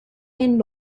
and